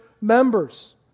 members